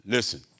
Listen